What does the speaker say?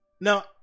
Now